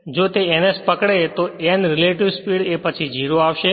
જો તે ns પકડે તો n રેલેટીવ સ્પીડ એ પછી 0 આવશે